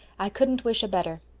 i wouldn't wish a better.